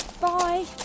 Bye